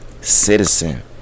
citizen